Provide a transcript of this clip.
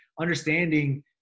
understanding